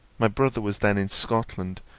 my brother was then in scotland,